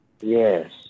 Yes